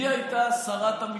מי הייתה שרת המשפטים,